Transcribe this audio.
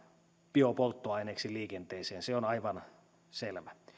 biopolttoaineeksi liikenteeseen se on aivan selvä